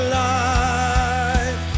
life